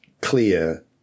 clear